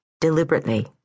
deliberately